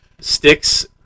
Sticks